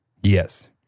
Yes